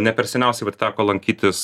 ne per seniausiai vat teko lankytis